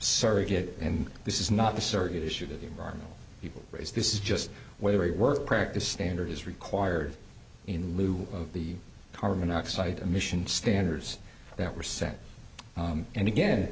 surrogate and this is not the surrogate issue that the environmental people raise this is just whether you work practice standard is required in lieu of the carbon monoxide emission standards that were set and again